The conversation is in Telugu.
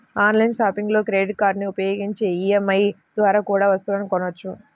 ఆన్లైన్ షాపింగ్లో క్రెడిట్ కార్డులని ఉపయోగించి ఈ.ఎం.ఐ ద్వారా కూడా వస్తువులను కొనొచ్చు